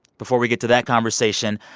before we get to that conversation,